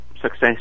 success